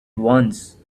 once